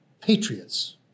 patriots